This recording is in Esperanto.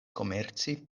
komerci